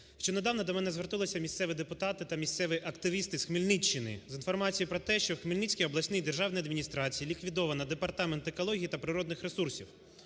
Нещодавно до мене звернулися місцеві депутати та місцеві активісти з Хмельниччини з інформацією про те, що в Хмельницькій обласній державній адміністрації ліквідовано Департамент екології та природніх ресурсів,